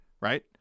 right